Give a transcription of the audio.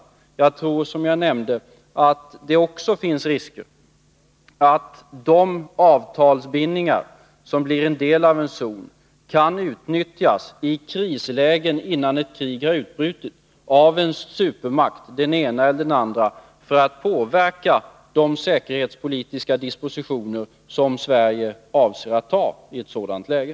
Men jag tror, som jag har nämnt, att det också finns risker att de avtalsbindningar som blir en del av ett zonarrangemang kan utnyttjas av en supermakt— den ena eller den andra —-i krislägen innan ett krig har brutit ut för att påverka de säkerhetspolitiska dispositioner som Sverige avser att ta i ett sådant läge.